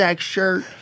shirt